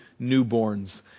newborns